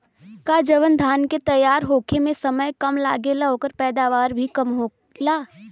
का जवन धान के तैयार होखे में समय कम लागेला ओकर पैदवार भी कम होला?